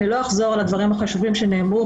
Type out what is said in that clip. אני לא אחזור על הדברים החשובים שנאמרו,